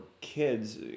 kids